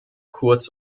kurz